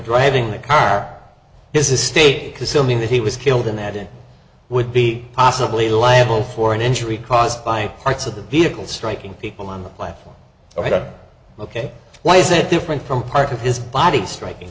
driving a car is a state because so many that he was killed in that it would be possibly liable for an injury caused by parts of the vehicle striking people on the planet ok ok why is it different from parts of his body striking